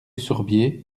sourbier